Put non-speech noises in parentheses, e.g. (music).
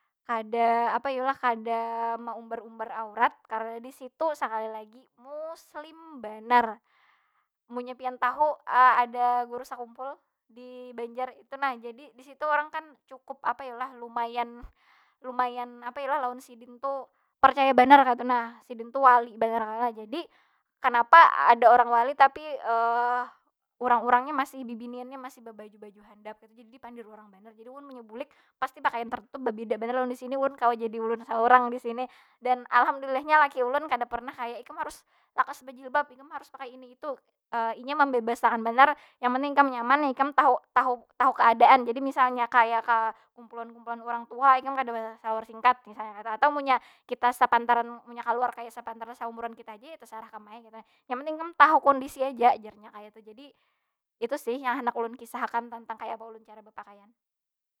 Kada apa yu lah? Kada maumbar- umbar aurat, karena di situ sakali lagi, muslim banar. Munnya pian tahu (hesitation) ada guru sakumpul di banjar itu nah. Jadi di situ urang kan cukup apa yu lah? Lumayan- lumayan apa yu lah? Lawan sidin tu, percaya banar kaytu nah. Sidin tu wali banar (unintelligible) jadi kenapa ada orang wali, tapi (hesitation) urang- urangnya masih, bibiniannya masih babaju baju handap jadi dipandiri urang banar. Jadi ulun munnya bulik, pasti pakaian tertutup. Babida banar lawan di sini, ulun kawa jadi ulun saurang di sini. Dan alhamdulillahnya laki ulun kada pernah kaya, ikam harus lakas bejilbab, ikam harus pakai ini- itu. (hesitation) inya mambebas akan banar yang penting ikam nyaman, ikam tahu tahu tahu keadaan. jadi misalnya kaya ka kumpulan- kumpulan urang tuha, ikam kada boleh basalawar singkat, misalnya kaytu. Atau munnya kita sapantaran, munnya kaluar kaya sapantaran saumuran kita haja ya tasarah ikam ai, kaytu nah. Yang penting ikam tahu kondisi aja, jar nya kayitu. Itu sih yang handak ulun kisah akan tantang kaya apa cara ulun bapakaian.